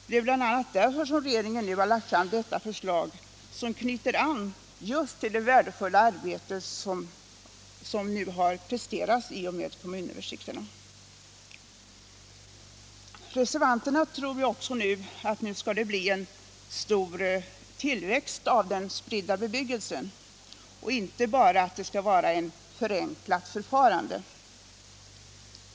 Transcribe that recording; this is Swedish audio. Det är bl.a. därför regeringen nu lagt fram detta förslag, som knyter an just till det värdefulla arbete som presterats i och med kommunöversikterna. Reservanterna tror också att det nu skall bli en stor tillväxt av den spridda bebyggelsen och inte bara ett förenklat förfarande.